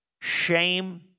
shame